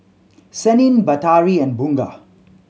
Senin Batari and Bunga